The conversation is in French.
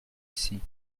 ici